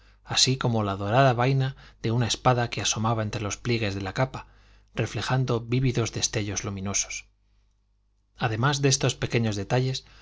así como la dorada vaina de una espada que asomaba entre los pliegues de la capa reflejando vívidos destellos luminosos además de estos pequeños detalles